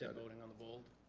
yeah voting on the bold.